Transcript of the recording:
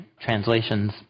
translations